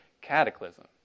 cataclysm